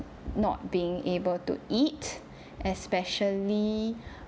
not being able to eat especially